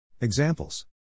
Examples